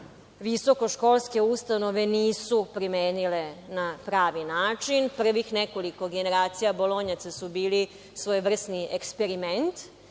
visokoškolske ustanove nisu primenile na pravi način. Prvih nekoliko generacija bolonjaca su bili svojevrsni eksperiment